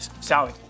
Sally